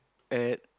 at